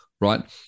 right